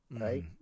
Right